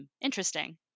interesting